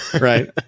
Right